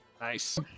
Nice